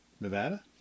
Nevada